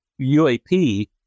UAP